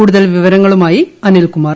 കൂടുതൽ വിവരങ്ങളുമായി അനിൽകുമാർ